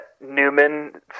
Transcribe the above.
Newman